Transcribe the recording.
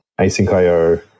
asyncio